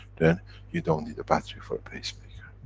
then you don't need a battery for a pacemaker.